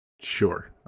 Sure